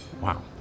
Wow